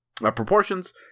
proportions